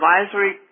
advisory